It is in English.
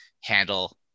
handle